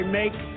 make